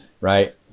Right